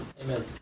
amen